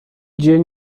dzień